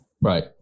Right